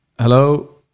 Hello